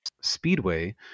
Speedway